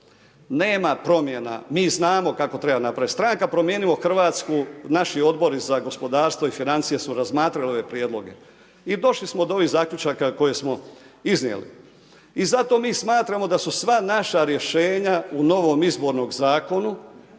nema promjena. Mi znamo kako treba napraviti. Stranka Promijenimo Hrvatsku, naši odbori za gospodarstvo i financije su razmatrali ove prijedloge. I došli smo do ovih zaključaka koje smo iznijeli. I zato mi smatramo da su sva naša rješenja u novom izbornom zakonu